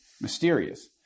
mysterious